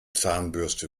zahnbürste